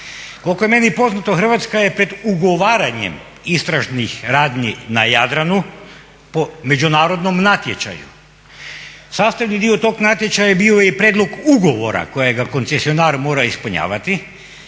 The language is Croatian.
Koliko je meni poznato Hrvatska je pred ugovaranjem istražnih radnji na Jadranu po međunarodnom natječaju. Sastavni dio tog natječaja bio je prijedlog ugovora kojega koncesionar mora ispunjavati